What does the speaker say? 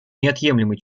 неотъемлемой